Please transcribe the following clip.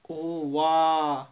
oh !wah!